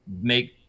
make